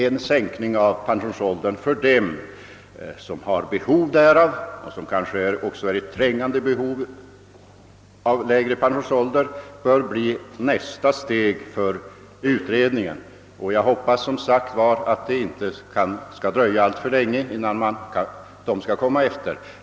En sänkning av pensionsåldern för dem som har behov därav bör bli nästa steg för utredningen, och jag hoppas, som sagt, att det inte skall dröja alltför länge innan de skall komma efter.